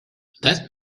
that